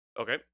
Okay